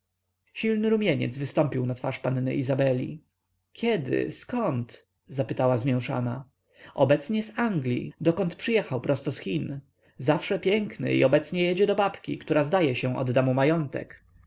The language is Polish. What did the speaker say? rumieniec wystąpił na twarz panny izabeli kiedy zkąd zapytała zmięszana obecnie z anglii dokąd przyjechał prosto z chin zawsze piękny i obecnie jedzie do babki która zdaje się odda mu majątek